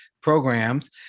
programs